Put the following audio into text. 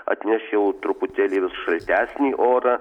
atneš jau truputėlį vis šaltesnį orą